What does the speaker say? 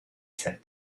said